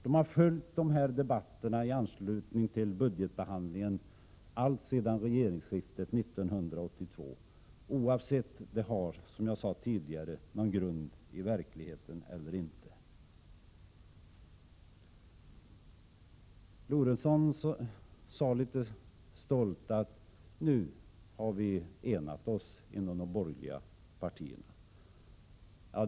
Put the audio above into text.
De har följt debatterna i anslutning till budgetbehandlingen alltsedan regeringsskiftet 1982 — oavsett om de, som jag sade tidigare, har någon grund i verkligheten eller inte. Lorentzon sade litet stolt att nu har de borgerliga partierna enats.